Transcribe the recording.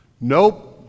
Nope